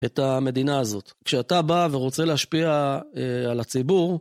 את המדינה הזאת, כשאתה בא ורוצה להשפיע על הציבור.